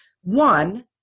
one